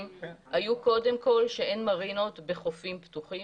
היו קודם כל שאין מרינות בחופים פתוחים.